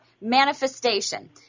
manifestation